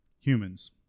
humans